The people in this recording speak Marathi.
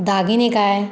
दागिने काय